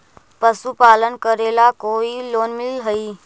पशुपालन करेला कोई लोन मिल हइ?